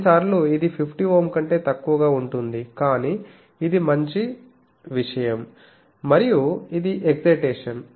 కొన్ని సార్లు ఇది 50Ω కంటే తక్కువగా ఉంటుంది కానీ ఇది మంచి విషయం మరియు ఇది ఎక్సైటేషన్